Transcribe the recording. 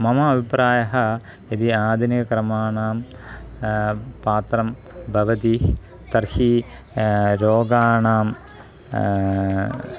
मम अभिप्रायः यदि आधुनिकक्रमाणां पात्रं भवति तर्हि रोगाणां